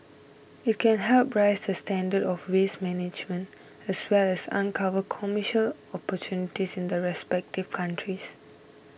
it can help raise the standards of waste management as well as uncover commercial opportunities in the respective countries